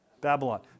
Babylon